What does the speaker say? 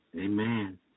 Amen